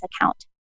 account